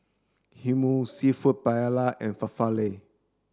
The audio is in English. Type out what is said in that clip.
Hummus Seafood Paella and Falafel